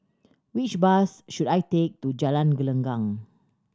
which bus should I take to Jalan Gelenggang